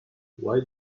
why